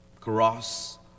cross